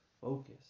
focus